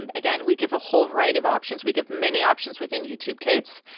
and again, we give a whole variety of options. we give many options within youtube kids.